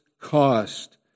cost